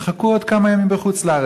תחכו עוד כמה ימים בחוץ-לארץ.